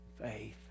faith